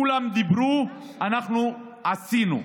כולם דיברו, אנחנו עשינו.